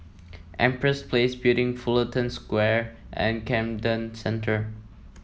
Empress Place Building Fullerton Square and Camden Centre